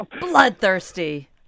Bloodthirsty